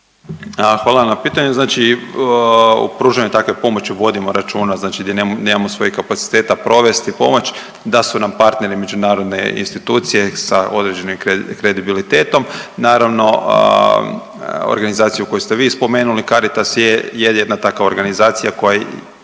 vam na pitanju. Znači u pružanju takve pomoći vodimo računa, znači gdje nemamo svojih kapaciteta provesti pomoć da su nam partneri međunarodne institucije sa određenim kredibilitetom. Naravno, organizacija koju ste vi spomenuli Caritas je jedina takva organizacija koja je